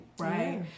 Right